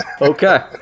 Okay